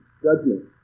judgment